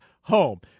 home